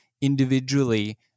individually